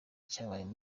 cyabayeho